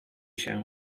się